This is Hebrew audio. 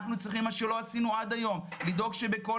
אנו צריכים לעשות מה שלא עשינו עד היום לדאוג שבכל